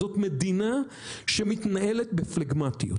זאת מדינה שמתנהלת בפלגמטיות.